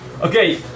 Okay